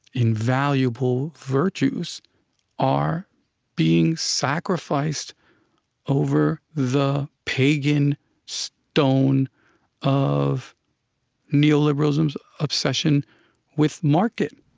invaluable virtues are being sacrificed over the pagan so stone of neoliberalism's obsession with market.